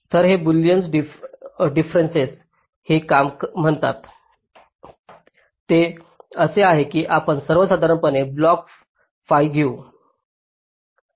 तर हे boolean difference ते काय म्हणतात ते असे आहे की आपण सर्वसाधारणपणे ब्लॉक फाइ घेऊ